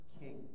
king